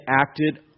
acted